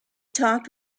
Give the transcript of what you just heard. talked